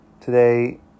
today